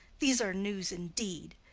these are news indeed!